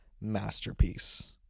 masterpiece